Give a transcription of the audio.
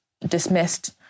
dismissed